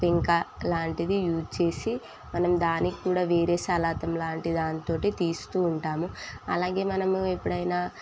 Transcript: ఇంకా అలాంటిది యూజ్ చేసి మనం దానికి కూడా వేరే సలాకి లాంటి దానితోటి తీస్తూ ఉంటాము అలాగే మనము ఎప్పుడైనా